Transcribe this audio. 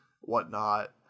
whatnot